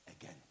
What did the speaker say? Again